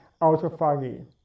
autophagy